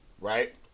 right